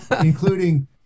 including